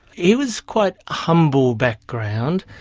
he was quite humble background,